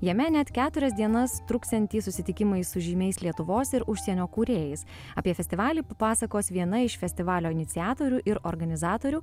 jame net keturias dienas truksiantys susitikimai su žymiais lietuvos ir užsienio kūrėjais apie festivalį papasakos viena iš festivalio iniciatorių ir organizatorių